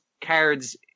cards